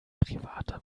privater